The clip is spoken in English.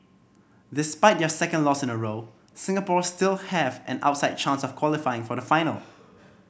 despite their second loss in a row Singapore still have an outside chance of qualifying for the final